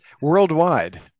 worldwide